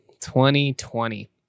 2020